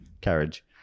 Carriage